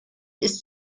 ist